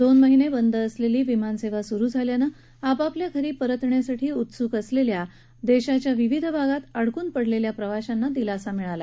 दोन महिने बंद असलेली विमानसेवा सुरु झाल्यानं आपल्या घरी परतण्यासाठी उत्सुक असलेल्या देशाच्या विविध भागांत अडकून पडलेल्या प्रवाशांना दिलासा मिळाला